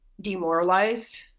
demoralized